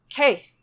Okay